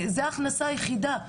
זו ההכנסה היחידה,